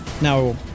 Now